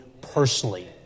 personally